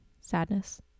sadness